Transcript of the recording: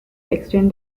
extend